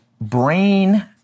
brain